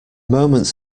moments